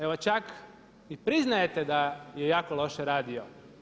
Evo čak i priznajete da je jako loše radio.